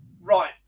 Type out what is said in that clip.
Right